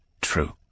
True